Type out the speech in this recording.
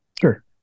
Sure